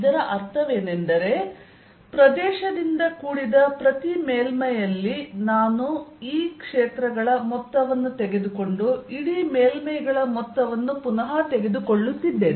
ಇದರ ಅರ್ಥವೇನೆಂದರೆ ಪ್ರದೇಶದಿಂದ ಕೂಡಿದ ಪ್ರತಿ ಮೇಲ್ಮೈಯಲ್ಲಿ ನಾನು E ಕ್ಷೇತ್ರಗಳ ಮೊತ್ತವನ್ನು ತೆಗೆದುಕೊಂಡು ಇಡೀ ಮೇಲ್ಮೈಗಳ ಮೊತ್ತವನ್ನು ಪುನಃ ತೆಗೆದುಕೊಳ್ಳುತ್ತಿದ್ದೇನೆ